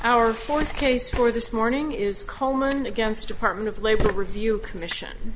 our fourth case for this morning is coleman against department of labor review commission